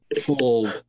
full